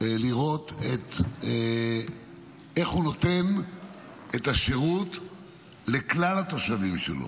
לראות איך הוא נותן את השירות לכלל התושבים שלו.